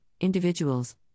individuals